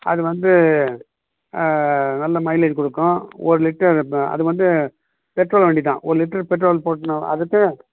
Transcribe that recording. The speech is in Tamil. அது வந்து நல்ல மைலேஜ் கொடுக்கும் ஒரு லிட்டர் ப்ப அது வந்து பெட்ரோல் வண்டி தான் ஒரு லிட்ரு பெட்ரோல் போட்டுனு அதுக்கு